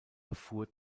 erfuhr